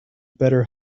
better